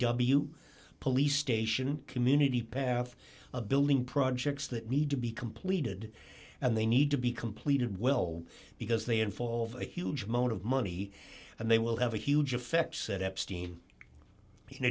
w police station community path a building projects that need to be completed and they need to be completed well because they involve a huge moment of money and they will have a huge effect said epstein in